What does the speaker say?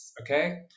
Okay